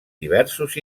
diversos